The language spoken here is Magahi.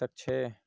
सकछे